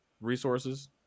resources